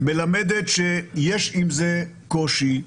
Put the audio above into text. מלמדת שיש עם זה קושי,